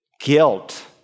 guilt